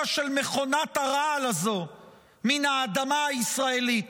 של מכונת הרעל הזו מן האדמה הישראלית,